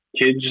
kids